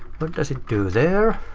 but does it do there?